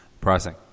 pricing